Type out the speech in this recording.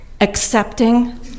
accepting